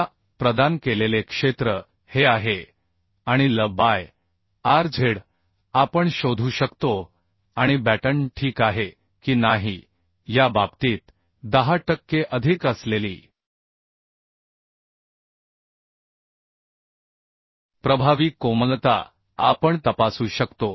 आता प्रदान केलेले क्षेत्र हे आहे आणि L बाय Rz आपण शोधू शकतो आणि बॅटन ठीक आहे की नाही या बाबतीत 10 टक्के अधिक असलेली प्रभावी कोमलता आपण तपासू शकतो